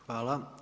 Hvala.